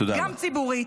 גם ציבורית.